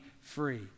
free